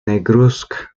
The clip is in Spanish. negruzca